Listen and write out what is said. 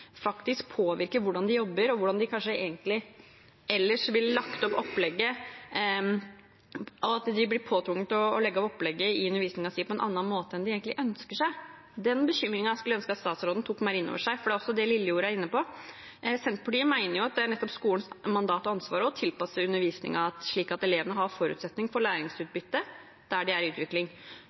faktisk påvirker hvordan de jobber – hvordan de kanskje ellers ville laget opplegget, og at de blir påtvunget å legge opp undervisningen sin på en annen måte enn de egentlig ønsker. Den bekymringen skulle jeg ønske at statsråden tok mer inn over seg, for det er også det Lillejord m.fl. er inne på. Senterpartiet mener at det er skolens mandat og ansvar å tilpasse undervisningen slik at elevene har forutsetning for læringsutbytte der de er i utvikling.